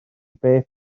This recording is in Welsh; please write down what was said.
beth